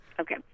Okay